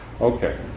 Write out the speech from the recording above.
Okay